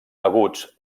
aguts